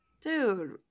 Dude